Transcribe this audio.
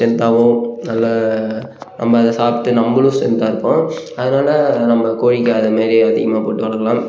ஸ்ட்ரென்த்தாகவும் நல்ல நம்ம அதை சாப்பிட்டு நம்மளும் ஸ்ட்ரென்த்தாக இருப்போம் அதனால் நம்ம கோழிக்கு அதை மாரி அதிகமாக போட்டு வளர்க்கலாம்